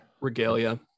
regalia